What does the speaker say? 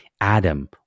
Adam